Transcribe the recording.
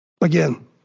again